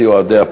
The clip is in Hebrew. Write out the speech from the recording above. בעד,